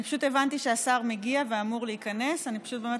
אני מוכן לעבור קודם לדיון בנושא יום